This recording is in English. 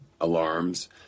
alarms